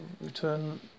return